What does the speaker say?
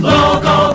Logo